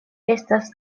estas